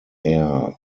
air